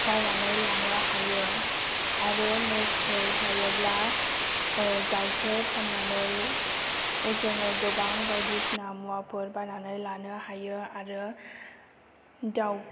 बायनानै लानो हायो आरो मोसौ थायोब्ला गाइखेर फाननानै जोङो गोबां बायदिसिना मुवाफोर बायनानै लानो हायो आरो दाउ